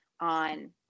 on